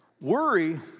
Worry